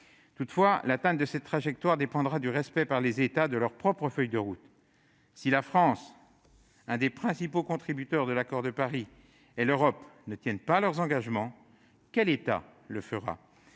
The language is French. Toutefois, le succès de cette trajectoire dépendra du respect par les États de leur propre feuille de route. Si la France, l'un des principaux contributeurs de l'accord de Paris, et l'Union européenne ne tiennent pas leurs engagements, quel État le fera ?